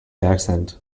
accent